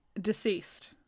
deceased